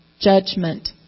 Judgment